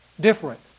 Different